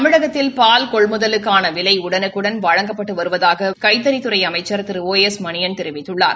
தமிழகத்தில் பால் கொள்முதலுக்கான விலை உடனுக்குடள் வழங்கப்பட்டு வருவதாக வருவதாக கைத்தறித்துறை அமைச்சர் திரு ஒ எஸ் மணியன் தெரிவித்துள்ளார்